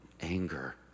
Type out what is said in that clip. Anger